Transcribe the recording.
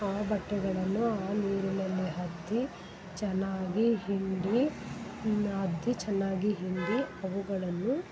ಆ ಬಟ್ಟೆಗಳನ್ನು ಆ ನೀರಿನಲ್ಲಿ ಅದ್ದಿ ಚೆನ್ನಾಗಿ ಹಿಂಡಿ ಅದ್ದಿ ಚೆನ್ನಾಗಿ ಹಿಂಡಿ ಅವುಗಳನ್ನು